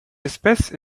espèce